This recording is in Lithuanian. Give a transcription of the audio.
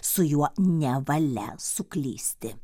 su juo nevalia suklysti